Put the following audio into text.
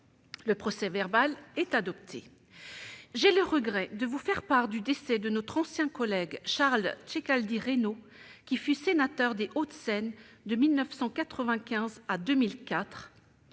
Le procès-verbal est adopté. J'ai le regret de vous faire part du décès de nos anciens collègues Charles Ceccaldi-Raynaud, qui fut sénateur des Hauts-de-Seine de 1995 à 2004,